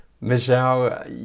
Michelle